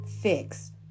fixed